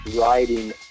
riding